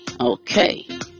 Okay